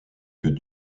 que